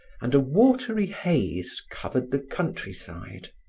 and a watery haze covered the country side.